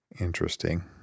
interesting